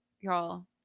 Y'all